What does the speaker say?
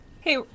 Hey